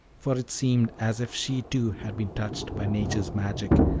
for it seemed as if she too had been touched by nature's magic,